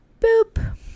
boop